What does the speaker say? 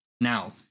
Now